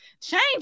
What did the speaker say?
Change